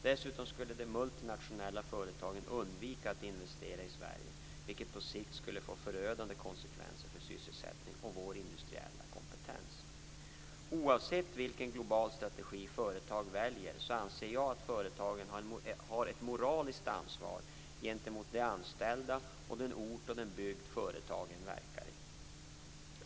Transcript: Dessutom skulle de multinationella företagen undvika att investera i Sverige, vilket på sikt skulle få förödande konsekvenser för sysselsättningen och vår industriella kompetens. Oavsett vilken global strategi företag väljer anser jag att företagen har ett moraliskt ansvar gentemot de anställda och den ort och den bygd företagen verkar i.